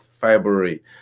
February